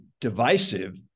divisive